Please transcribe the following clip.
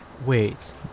Wait